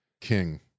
King